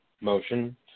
motion